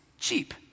cheap